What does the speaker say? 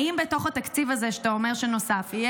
האם בתוך התקציב הזה שאתה אומר שנוסף יהיה